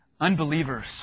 Unbelievers